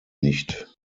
nicht